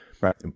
Right